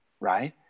right